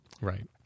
Right